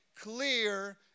clear